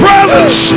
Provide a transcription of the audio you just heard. presence